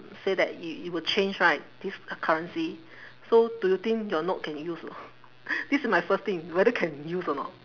say that it it will change right this currency so do you think your note can use or not this is my first thing whether can use or not